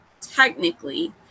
technically